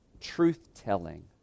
truth-telling